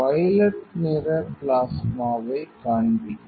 violet நிற பிளாஸ்மாவைக் காண்பிக்கும்